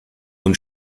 und